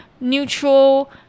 neutral